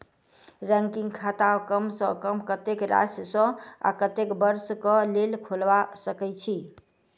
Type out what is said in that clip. recurring खाता कम सँ कम कत्तेक राशि सऽ आ कत्तेक वर्ष कऽ लेल खोलबा सकय छी